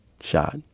shot